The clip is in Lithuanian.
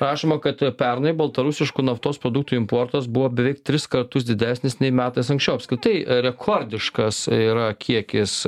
rašoma kad pernai baltarusiškų naftos produktų importas buvo beveik tris kartus didesnis nei metais anksčiau apskritai rekordiškas yra kiekis